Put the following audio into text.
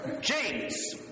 James